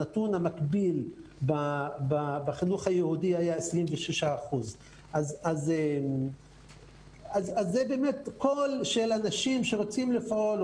הנתון המקביל בחינוך היהודי היה 26%. זה באמת קול של אנשים שרוצים לפעול,